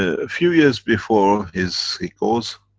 a few years before his, he goes